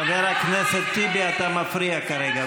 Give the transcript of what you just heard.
חבר הכנסת טיבי, אתה מפריע כרגע.